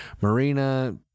Marina